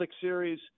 series